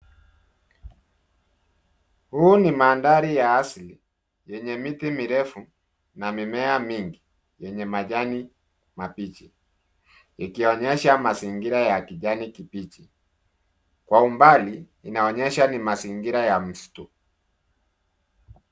Huu ni mandhari ya asili, yenye miti mirefu, na mimea mingi, yenye majani mabichi, ikionyesha mazingira ya kijani kibichi, kwa umbali, inaonyesha ni mazingira ya msitu.